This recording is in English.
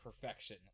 perfection